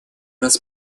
раз